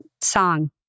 song